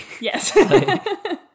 Yes